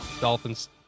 Dolphins